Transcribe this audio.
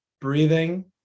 breathing